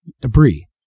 debris